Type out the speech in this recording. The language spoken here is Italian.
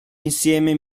insieme